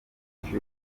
menshi